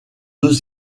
deux